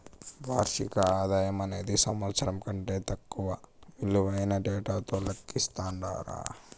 వార్షిక ఆదాయమనేది సంవత్సరం కంటే తక్కువ ఇలువైన డేటాతో లెక్కిస్తండారు